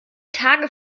tage